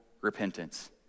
repentance